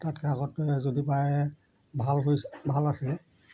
তাতকৈ আগতে যদি পাৰে ভাল কৰি ভাল আছিলে